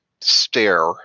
stare